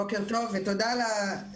בוקר טוב ותודה על ההזדמנות.